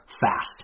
fast